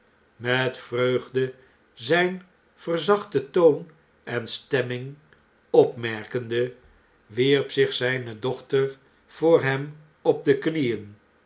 met vreugde zijn verzachten toon en stemming opmerkende wierp zich zijne doehter voor hem op de knieen